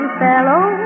fellow